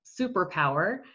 superpower